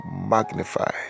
magnify